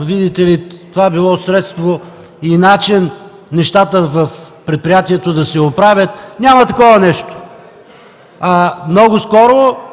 видите ли, това било средство и начин нещата в предприятието да се оправят. Няма такова нещо! Много скоро